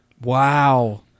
Wow